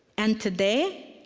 and today,